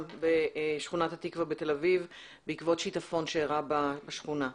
בשכונת התקווה בתל אביב בעקבות שיטפון שאירע בשכונה.